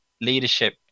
leadership